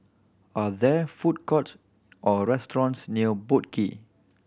are there food courts or restaurants near Boat Quay